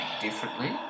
differently